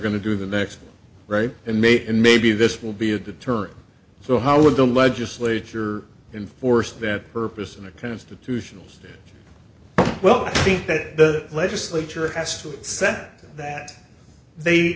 going to do the next right and may and maybe this will be a deterrent so how would the legislature enforce that purpose in a constitutional well i think that the legislature has t